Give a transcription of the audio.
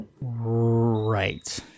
Right